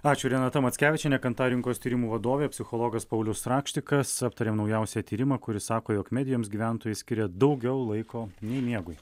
ačiū renata mackevičienė kantar rinkos tyrimų vadovė psichologas paulius rakštikas aptarėm naujausią tyrimą kuris sako jog medijoms gyventojai skiria daugiau laiko nei miegui